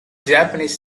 japanese